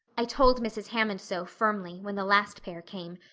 i told mrs. hammond so firmly, when the last pair came.